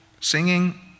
singing